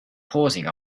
pausing